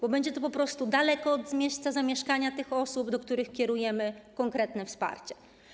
Będzie to po prostu daleko od miejsca zamieszkania tych osób, do których kierujemy konkretne wsparcie.